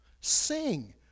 Sing